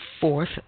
fourth